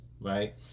right